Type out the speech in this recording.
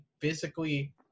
physically